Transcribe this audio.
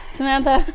Samantha